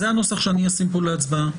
זה הנוסח שאני אעלה כאן להצבעה.